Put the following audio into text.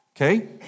Okay